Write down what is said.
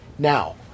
Now